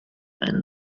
and